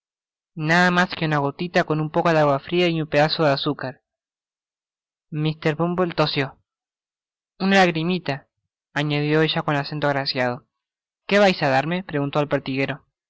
nada mas que una gotila con un poco de agua fria y un pedazo de azúcar mr bumble tosió una lagriroila añadió ella con acento agraciado que vais á darme preguntó el pertiguero